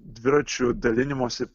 dviračių dalinimosi